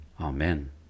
Amen